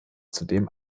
zudem